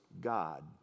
God